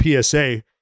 psa